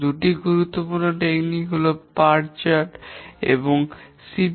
দুটি গুরুত্বপূর্ণ টেকনিক হল PERT চার্ট এবং CPM